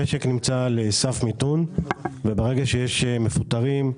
המשק נמצא על סף מיתון וברגע שיש מפוטרים,